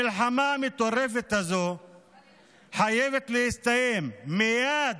המלחמה המטורפת הזו חייבת להסתיים מייד,